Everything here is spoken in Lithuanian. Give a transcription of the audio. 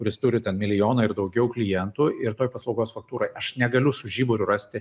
kuris turi ten milijoną ir daugiau klientų ir toj paslaugos faktūroj aš negaliu su žiburiu rasti